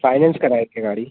finance कराए थे गाड़ी